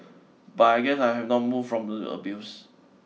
but I guess I have not moved on from the abuse